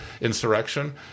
insurrection